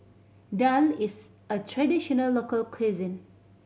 daal is a traditional local cuisine